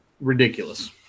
ridiculous